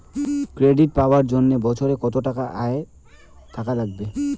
Credit পাবার জন্যে বছরে কত টাকা আয় থাকা লাগবে?